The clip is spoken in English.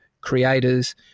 creators